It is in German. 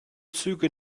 züge